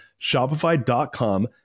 Shopify.com